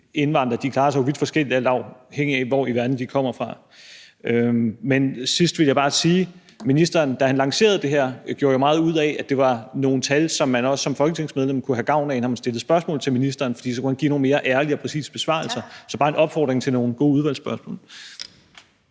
indvandrere klarer sig vidt forskelligt, alt afhængig af hvor i verden de kommer fra. Men til sidst vil jeg bare sige, at da ministeren lancerede det her, gjorde han jo meget ud af, at det var nogle tal, som man også som folketingsmedlem kunne have gavn af, når man stillede spørgsmål til ministeren, for så kunne han give nogle mere ærlige og præcise besvarelser. Så det er bare en opfordring til nogle gode udvalgsspørgsmål.